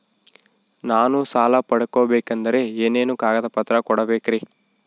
ನಾನು ಸಾಲ ಪಡಕೋಬೇಕಂದರೆ ಏನೇನು ಕಾಗದ ಪತ್ರ ಕೋಡಬೇಕ್ರಿ?